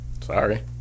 Sorry